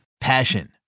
Passion